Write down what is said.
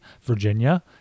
Virginia